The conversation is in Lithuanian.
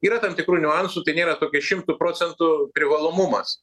yra tam tikrų niuansų tai nėra šimtu procentų privalomumas